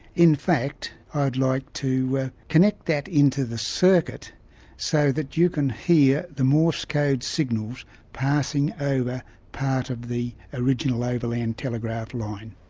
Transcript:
in fact, i'd like to connect that into the circuit so that you can hear the morse code signals passing over part of the original overland telegraph line.